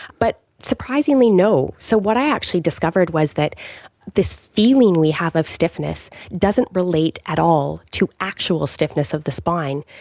but surprisingly, no. so what i actually discovered was that this feeling we have of stiffness doesn't relate at all to actual stiffness of the spine.